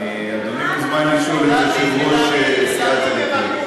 אדוני מוזמן לשאול את יושב-ראש סיעת הליכוד.